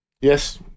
Yes